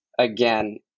again